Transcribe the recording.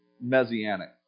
messianic